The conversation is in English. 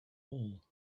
all